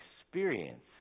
Experience